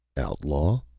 outlaw?